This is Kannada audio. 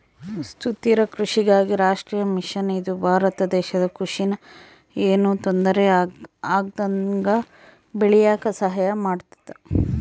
ಸುಸ್ಥಿರ ಕೃಷಿಗಾಗಿ ರಾಷ್ಟ್ರೀಯ ಮಿಷನ್ ಇದು ಭಾರತ ದೇಶದ ಕೃಷಿ ನ ಯೆನು ತೊಂದರೆ ಆಗ್ದಂಗ ಬೇಳಿಯಾಕ ಸಹಾಯ ಮಾಡುತ್ತ